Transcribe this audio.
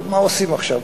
טוב, מה עושים עכשיו?